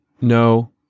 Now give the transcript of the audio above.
No